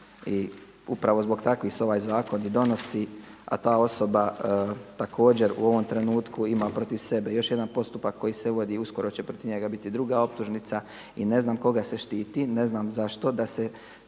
i upravo zbog takvih se ovaj zakon i donosi a ta osoba također u ovom trenutku ima protiv sebe još jedan postupak koji se vodi i uskoro će protiv njega biti druga optužnica. I ne znam koga se štiti, ne znam zašto. Da se